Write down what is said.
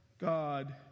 God